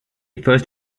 first